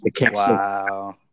Wow